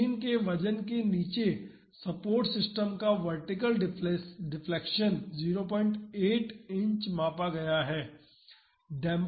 machine के वजन के नीचे सपोर्ट सिस्टम का वर्टिकल डिफ्लेक्शन 08 इंच मापा गया है